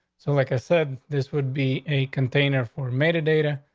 so, like i said, this would be a container for meta data.